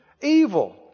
evil